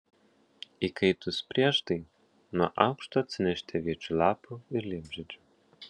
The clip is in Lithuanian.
įkaitus prieždai nuo aukšto atsinešti aviečių lapų ir liepžiedžių